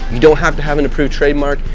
you don't have to have an approved trademark.